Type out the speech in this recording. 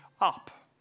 up